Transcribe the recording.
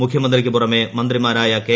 മുഖ്യമന്ത്രിയ്ക്ക് പുറമെ മന്ത്രിമാരായ കെ